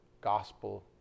Gospel